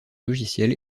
logiciel